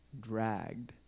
dragged